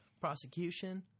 prosecution